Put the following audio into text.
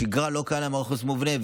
בשגרה לא קיים מערך חוסן מובנה,